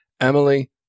Emily